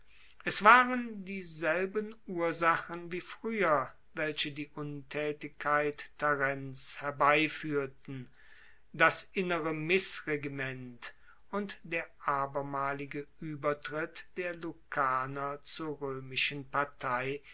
es waren dieselben ursachen wie frueher welche die untaetigkeit tarents herbeifuehrten das innere missregiment und der abermalige uebertritt der lucaner zur roemischen partei